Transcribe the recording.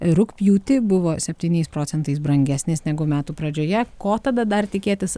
rugpjūtį buvo septyniais procentais brangesnis negu metų pradžioje ko tada dar tikėtis